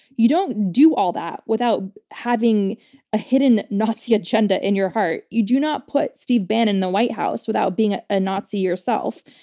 you don't do all that without having a hidden nazi agenda in your heart. you do not put steve bannon in the white house without being a ah nazi yourself.